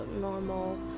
normal